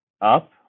up